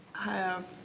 have